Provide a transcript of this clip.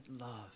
love